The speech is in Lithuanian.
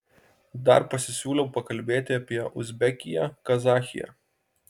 dar pasisiūliau pakalbėti apie uzbekiją kazachiją